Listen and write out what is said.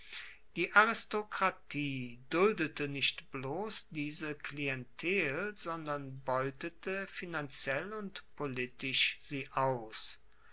die aristokratie duldete nicht bloss diese klientel sondern beutete finanziell und politisch sie aus